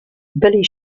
billy